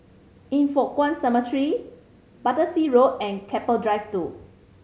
Yin Foh Kuan Cemetery Battersea Road and Keppel Drive Two